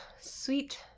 Sweet